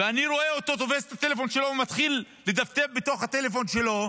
ואני רואה אותו תופס את הטלפון ומתחיל לדפדף בתוך הטלפון שלו,